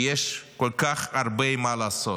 כי יש כל כך הרבה מה לעשות.